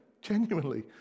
Genuinely